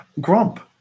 Grump